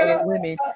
women